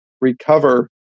recover